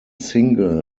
single